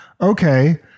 okay